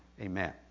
Amen